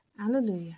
Alleluia